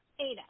Ada